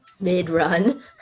Mid-run